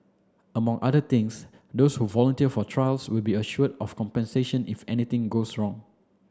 among other things those who volunteer for trials will be assured of compensation if anything goes wrong